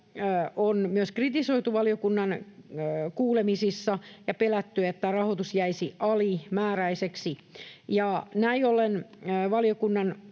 on myös kritisoitu valiokunnan kuulemisissa ja pelätty, että rahoitus jäisi alimääräiseksi. Näin ollen valiokunnan